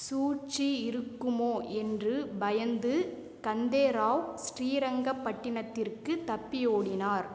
சூழ்ச்சி இருக்குமோ என்று பயந்து கந்தே ராவ் ஸ்ரீரங்கபட்டணத்திற்குத் தப்பியோடினார்